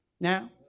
Now